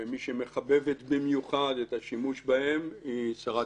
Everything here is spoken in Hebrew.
מי שמחבבת במיוחד את השימוש בהם היא שרת